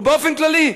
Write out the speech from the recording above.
ובאופן כללי,